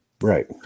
right